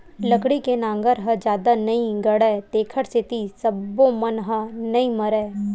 लकड़ी के नांगर ह जादा नइ गड़य तेखर सेती सब्बो बन ह नइ मरय